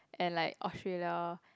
and like Australia